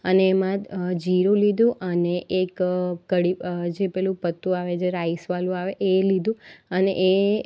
અને એમાં જીરું લીધું અને એક કડી જે પેલું પત્તું આવે જે રાઈસવાળું આવે એ લીધું અને એ